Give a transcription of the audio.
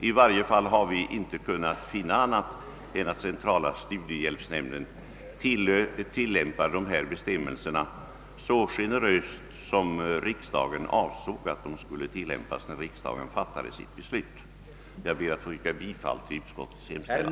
I varje fall har utskottet inte kunnat finna annat än att centrala studiehjälpsnämnden tillämpar dessa bestämmelser så generöst som riksdagen avsåg att de skulle tillämpas när riksdagen fattade sitt beslut. Jag ber att få yrka bifall till utskottets hemställan.